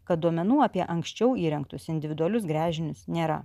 kad duomenų apie anksčiau įrengtus individualius gręžinius nėra